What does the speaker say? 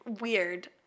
weird